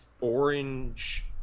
orange